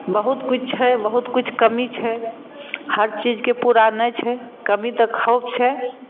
बहुत किछु छै बहुत किछु कमी छै हर चीजके पूरा नहि छै कमी तऽ खूब छै